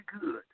good